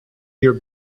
your